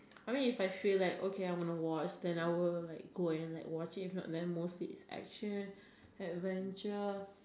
I mean if I feel like okay I'm going to watch then I will like go and like watch it if not then mostly it's like action adventure